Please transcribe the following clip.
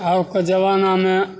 आबके जमानामे